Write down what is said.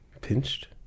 Pinched